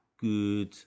good